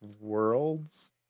worlds